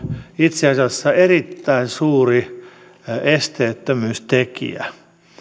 itse asiassa erittäin suuri esteettömyystekijä